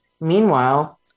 Meanwhile